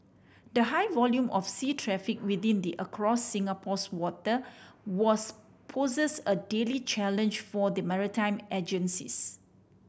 the high volume of sea traffic within it across Singapore's water was poses a daily challenge for the maritime agencies